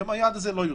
היעד הזה לא יושג.